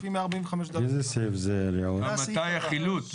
לפי 145ד'. מתי החילוט,